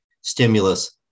stimulus